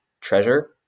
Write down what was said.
treasure